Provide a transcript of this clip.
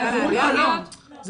לא, לא.